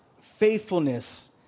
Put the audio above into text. faithfulness